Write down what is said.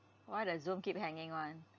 why the Zoom keep hanging [one]